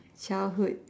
childhood